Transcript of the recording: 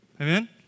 Amen